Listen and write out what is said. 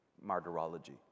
martyrology